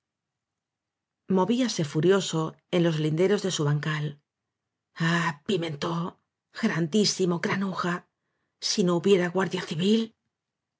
movíase furioso en los linderos de su ban cal ah pimentó grandísimo granuja si hubiera no guardia civil